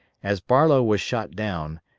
as barlow was shot down,